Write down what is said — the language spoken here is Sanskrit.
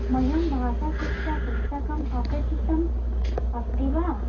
मह्यं भाषाशिक्षा पुस्तकम् अपेक्षितम् अस्ति वा